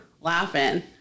laughing